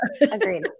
agreed